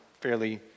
fairly